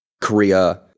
Korea